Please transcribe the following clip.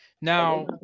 Now